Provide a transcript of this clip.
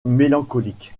mélancolique